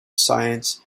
science